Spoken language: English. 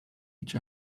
each